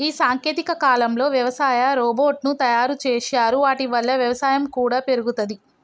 ఈ సాంకేతిక కాలంలో వ్యవసాయ రోబోట్ ను తయారు చేశారు వాటి వల్ల వ్యవసాయం కూడా పెరుగుతది